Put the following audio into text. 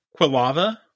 Quilava